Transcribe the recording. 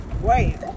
wait